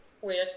Weird